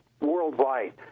worldwide